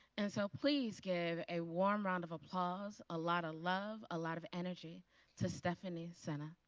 and so please give a warm round of applause, a lot of love, a lot of energy to stephanie sena.